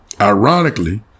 Ironically